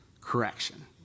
correction